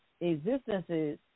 existences